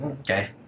okay